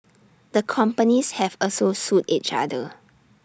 the companies have also sued each other